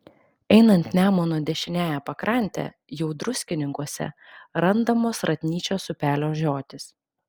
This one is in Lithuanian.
einant nemuno dešiniąja pakrante jau druskininkuose randamos ratnyčios upelio žiotys